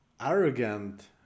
arrogant